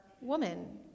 Woman